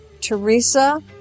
Teresa